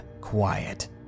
quiet